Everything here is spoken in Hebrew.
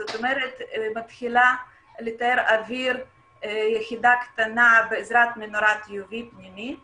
זאת אומרת מתחילה לטהר אויר יחידה קטנה בעזרת מנורת uv פנימית